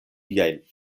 viajn